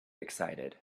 excited